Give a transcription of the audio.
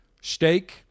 steak